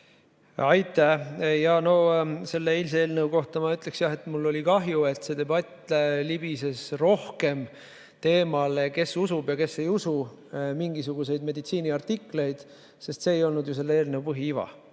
Aitäh! No selle eilse eelnõu kohta ma ütleks, et jah mul oli kahju, et see debatt libises rohkem teemale, kes usub ja kes ei usu mingisuguseid meditsiiniartikleid, sest see ei olnud ju selle eelnõu põhiiva.